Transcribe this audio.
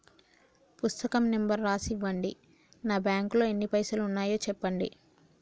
పుస్తకం నెంబరు రాసి ఇవ్వండి? నా బ్యాంకు లో ఎన్ని పైసలు ఉన్నాయో చెప్పండి?